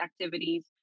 activities